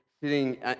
sitting